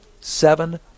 seven